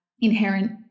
inherent